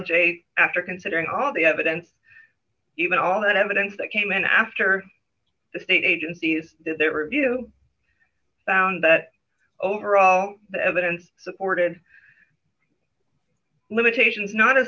a after considering all the evidence even all that evidence that came in after the state agencies there you found that overall the evidence supported limitations not a